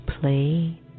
play